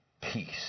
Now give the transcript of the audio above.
Peace